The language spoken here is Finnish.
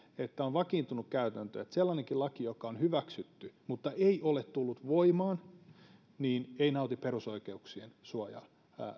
että on vakiintunut käytäntö että sellainenkin laki joka on hyväksytty mutta ei ole tullut voimaan ei nauti perusoikeuksien suojaa